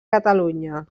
catalunya